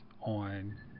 on